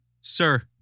Sir